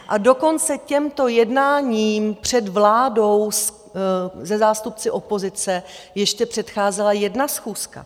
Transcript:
A dokonce těmto jednáním před vládou se zástupci opozice ještě předcházela jedna schůzka.